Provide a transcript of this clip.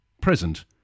present